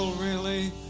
really